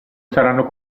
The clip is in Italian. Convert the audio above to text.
saranno